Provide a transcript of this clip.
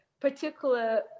particular